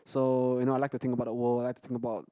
so you know I like to think about the world I like to think about